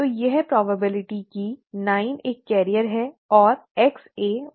तो यह संभावना है कि 9 एक वाहक है और Xa 14 पर जाता है